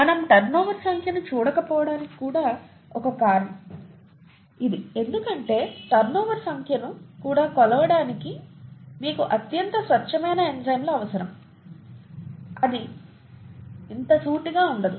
మనం టర్నోవర్ సంఖ్యను చూడకపోవడానికి ఇది కూడా ఒక కారణం ఎందుకంటే టర్నోవర్ సంఖ్యను కూడా కొలవడానికి మీకు అత్యంత స్వచ్ఛమైన ఎంజైమ్లు అవసరం ఇది అంత సూటిగా ఉండదు